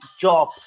job